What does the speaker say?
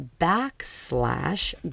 backslash